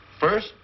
First